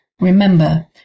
remember